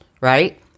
right